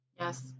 Yes